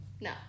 no